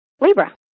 Libra